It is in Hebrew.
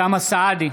אוסאמה סעדי,